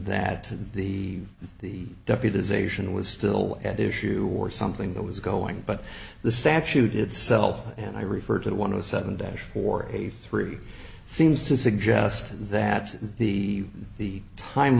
that the the deputy is asian was still at issue or something that was going but the statute itself and i refer to one of the seven days for a three seems to suggest that the the time